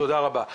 תודה רבה.